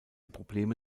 probleme